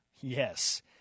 Yes